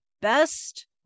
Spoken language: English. best